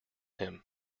him